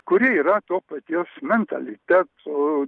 kurie yra to paties mentaliteto